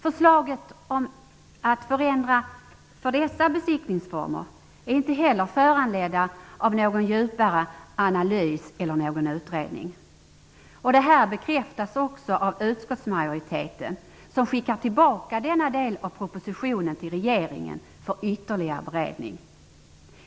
Förslaget om dessa besiktningsformer är inte föranlett av någon djupare analys eller någon utredning. Detta bekräftas också av att utskottsmajoriteten skickar tillbaka denna del av propositionen till regeringen för ytterligare beredning.